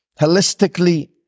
holistically